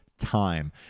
time